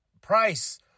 Price